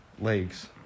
Legs